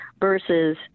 versus